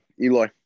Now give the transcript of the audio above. Eloy